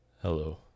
Hello